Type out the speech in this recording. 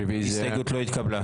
ההסתייגות לא התקבלה.